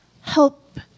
help